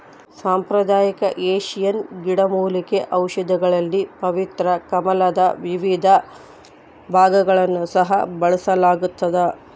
ಸಾಂಪ್ರದಾಯಿಕ ಏಷ್ಯನ್ ಗಿಡಮೂಲಿಕೆ ಔಷಧಿಗಳಲ್ಲಿ ಪವಿತ್ರ ಕಮಲದ ವಿವಿಧ ಭಾಗಗಳನ್ನು ಸಹ ಬಳಸಲಾಗ್ತದ